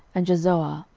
and jezoar,